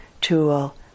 tool